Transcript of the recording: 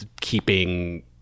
keeping